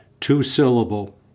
two-syllable